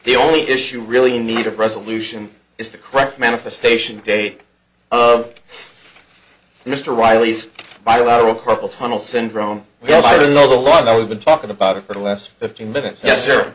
the only issue really needed resolution is the correct manifestation day of mr riley's bilateral carpal tunnel syndrome we are in the law that we've been talking about it for the last fifteen minutes yes